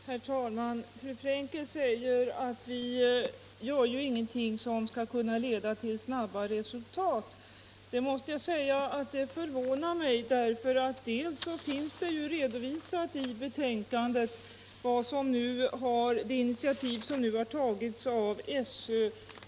Herr talman! Fru Frenkel säger att vi inte föreslår någonting som skulle kunna leda till snabba resultat. Det förvånar mig. I betänkandet redovisas det initiativ som nu har tagits av SÖ.